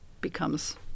becomes